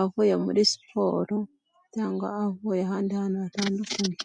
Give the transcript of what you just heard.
avuye muri siporo cyangwa avuye ahandi hantu hatandukanye.